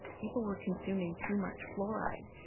people were consuming too much fluoride.